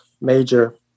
major